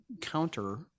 counter